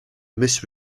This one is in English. miss